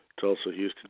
Tulsa-Houston